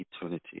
eternity